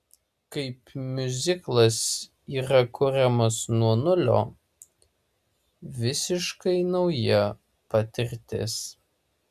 kaip miuziklas yra kuriamas nuo nulio visiškai nauja patirtis